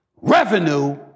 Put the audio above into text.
Revenue